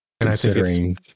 considering